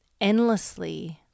endlessly